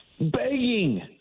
Begging